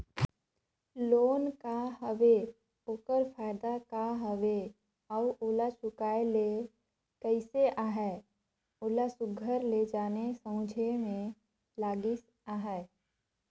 loan का हवे ओकर फएदा का हवे अउ ओला चुकाए ले कइसे अहे ओला सुग्घर ले जाने समुझे में लगिस अहे